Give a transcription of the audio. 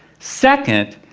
second,